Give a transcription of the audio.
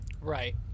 Right